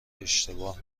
اشتباه